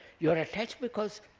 you are attached because